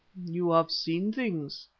you have seen things,